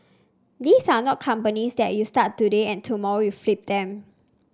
these are not companies that you start today and tomorrow you flip them